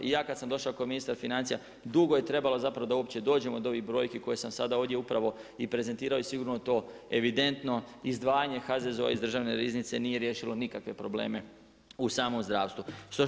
I ja kad sam došao ko ministar financija, dugo je trebalo zapravo da uopće dođem do ovih brojki koje sam sada ovdje upravo i prezentirao i sigurno je to evidentno izdvajanje HZZO iz državne riznice, nije riješilo nikakve probleme u samom zdravstvu.